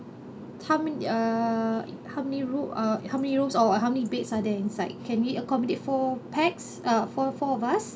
how many uh how many room uh how many rooms or how many beds are there inside can we accommodate four pax uh four four of us